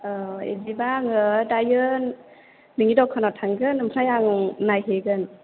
औ बिदिबा आङो दायो नोंनि दखानाव थांगोन ओमफ्राय आं नायहैगोन